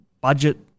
budget